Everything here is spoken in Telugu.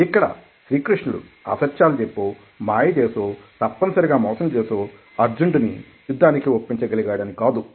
ఇక్కడ శ్రీకృష్ణుడు అసత్యాలు చెప్పో మాయ చేసో తప్పనిసరి గా మోసం చేసో అర్జునుడిని యుద్దానికి ఒప్పించగలిగాడని కాదు